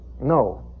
No